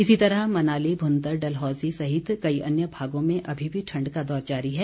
इसी तरह मनाली भुंतर डलहौजी सहित कई अन्य भागों में अभी भी ठण्ड का दौर जारी है